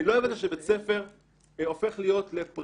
אני לא אוהב את זה שבית ספר הופך להיות לפרטי,